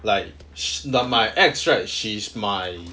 like she like my ex right she's my